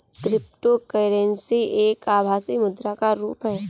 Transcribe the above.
cryptocurrency एक आभासी मुद्रा का रुप है